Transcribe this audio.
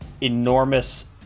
enormous